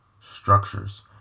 structures